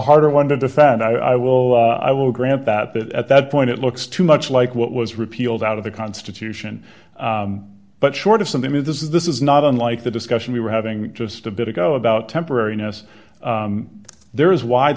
hard one to defend i will i will grant that that at that point it looks too much like what was repealed out of the constitution but short of something that this is this is not unlike the discussion we were having just a bit ago about temporariness there is wide